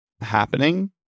happening